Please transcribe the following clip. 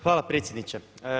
Hvala predsjedniče.